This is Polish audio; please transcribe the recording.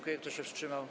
Kto się wstrzymał?